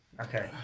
Okay